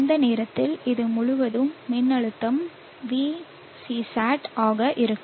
அந்த நேரத்தில் இது முழுவதும் மின்னழுத்தம் Vcesat ஆக இருக்கும்